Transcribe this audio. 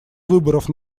выборов